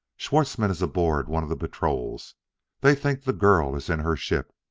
schwartzmann is aboard one of the patrols they think the girl is in her ship.